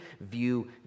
view